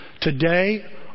Today